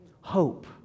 Hope